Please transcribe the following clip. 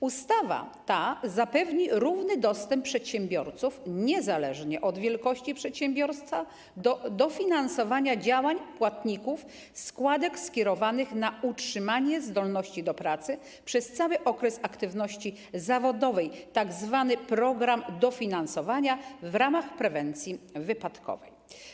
Ustawa ta zapewni równy dostęp przedsiębiorców, niezależnie od wielkości przedsiębiorstwa, do dofinansowania działań płatników składek skierowanych na utrzymanie zdolności do pracy przez cały okres aktywności zawodowej - tzw. program dofinansowania - w ramach prewencji wypadkowej.